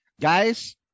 Guys